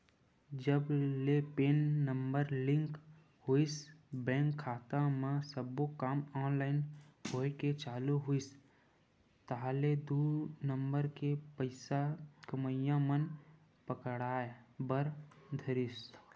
जब ले PAN number link होइस बेंक खाता म सब्बो काम ऑनलाइन होय के चालू होइस ताहले दू नंबर के पइसा कमइया मन पकड़ाय बर धरिस